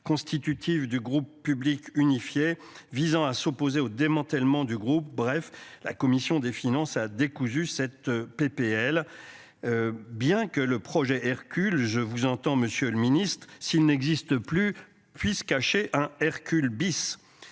constitutive du groupe public unifié visant à s'opposer au démantèlement du groupe. Bref, la commission des finances a décousu cette PPL. Bien que le projet Hercule je vous entends, Monsieur le Ministre, s'il n'existe plus puisse cacher un Hercule bis.